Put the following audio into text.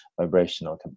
vibrational